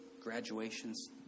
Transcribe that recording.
graduations